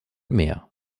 mehr